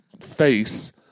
face